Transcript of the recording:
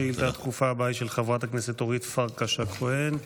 השאילתה הדחופה הבאה היא של חברת הכנסת אורית פרקש הכהן,